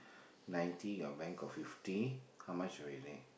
ninety your bank got fifty how much already